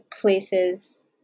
places